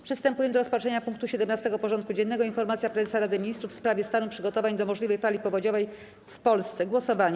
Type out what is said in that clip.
Przystępujemy do rozpatrzenia punktu 17. porządku dziennego: Informacja Prezesa Rady Ministrów w sprawie stanu przygotowań do możliwej fali powodziowej w Polsce - głosowanie.